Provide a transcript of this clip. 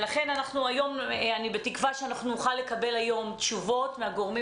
לכן בתקווה שנוכל לקבל היום תשובות מהגורמים